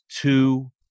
two